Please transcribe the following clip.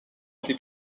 été